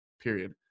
period